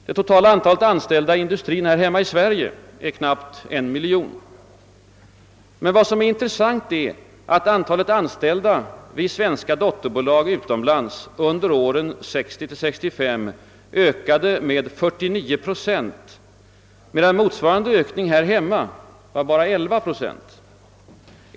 Det totala antalet anställda inom industrin här hemma i Sverige är knappt en miljon. Men vad som är intressant är att antalet anställda vid svenska dotterbolag utomlands under åren 1960—1965 ökade med 49 procent, medan motsvarande ökning här hemma bara var 11 procent.